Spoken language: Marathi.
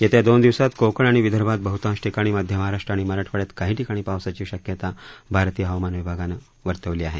येत्या दोन दिवसात कोकण आणि विदर्भात बहतांश ठिकाणी मध्य महाराष्ट्र आणि मराठवाडयात काही ठिकाणी पावसाची शक्यता भारतीय हवामान शास्त्र विभागानं वर्तवली आहे